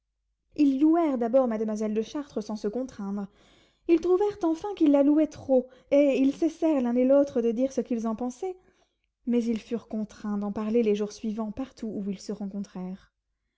ils louèrent d'abord mademoiselle de chartres sans se contraindre ils trouvèrent enfin qu'ils la louaient trop et ils cessèrent l'un et l'autre de dire ce qu'ils en pensaient mais ils furent contraints d'en parler les jours suivants partout où ils se rencontrèrent